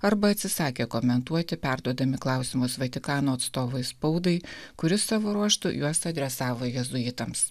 arba atsisakė komentuoti perduodami klausimus vatikano atstovui spaudai kuris savo ruožtu juos adresavo jėzuitams